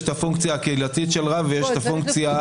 יש הפונקציה הקהילתית של רב ויש הפונקציה